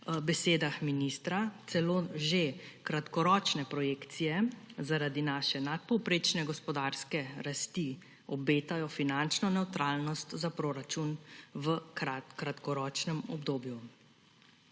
besedah ministra celo že kratkoročne projekcije zaradi naše nadpovprečne gospodarske rasti obetajo finančno nevtralnost za proračun v kratkoročnem obdobju.